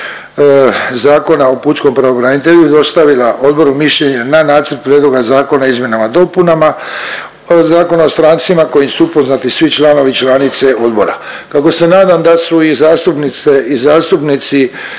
Zakona o pučkom pravobranitelju je dostavila odboru mišljenje na nacrt prijedloga zakona o izmjenama i dopunama ovog Zakona o strancima kojim su upoznati svi članovi i članice odbora. Kako se nadam da su i zastupnice i zastupnici